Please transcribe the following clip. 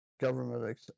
government